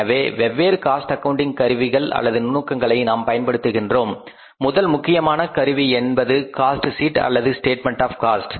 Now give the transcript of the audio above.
எனவே வெவ்வேறு cost accounting கருவிகள் அல்லது நுணுக்கங்களை நாம் பயன்படுத்துகின்றோம் முதல் முக்கியமான கருவி என்பது காஸ்ட் ஷீட் அல்லது ஸ்டேட்மெண்ட் ஆஃ காஸ்ட்